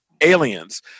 aliens